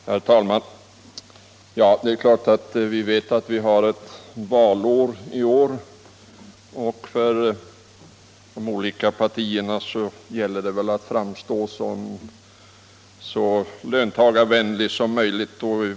Herr talman! Det är valår i år. För de olika partierna, i varje fall de borgerliga, gäller det då att framstå som så löntagarvänliga som möjligt.